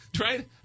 Right